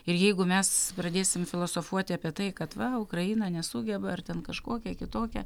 ir jeigu mes pradėsim filosofuoti apie tai kad va ukraina nesugeba ar ten kažkokia kitokia